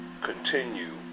continue